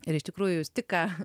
ir iš tikrųjų jūs tik ką